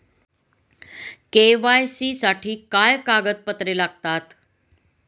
KYC साठी काय कागदपत्रे लागतात?